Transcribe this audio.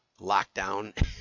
lockdown